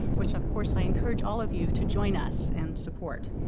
which of course i encourage all of you to join us and support.